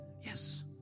Yes